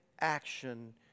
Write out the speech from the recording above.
action